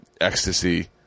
ecstasy